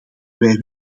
wij